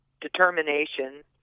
determination